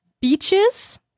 Beaches